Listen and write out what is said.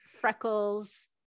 freckles